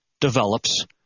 develops